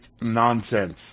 nonsense